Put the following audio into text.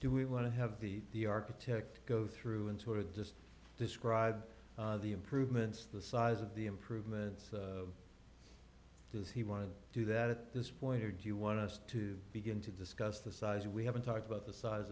do we want to have the the architect go through into or just describe the improvements the size of the improvements does he want to do that at this point or do you want us to begin to discuss the size we haven't talked about the size